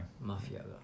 Mafia